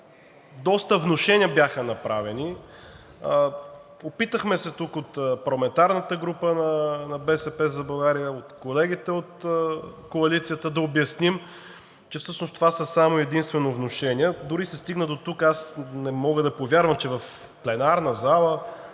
доста внушения бяха направени. Опитахме се от парламентарната група на „БСП за България“, колегите от коалицията да обясним, че всъщност това са само и единствено внушения, дори се стигна до тук. Не мога да повярвам, че в пленарната залата